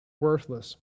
worthless